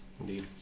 Indeed